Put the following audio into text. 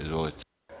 Izvolite.